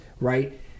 right